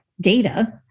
data